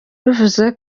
bivuzwe